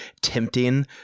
tempting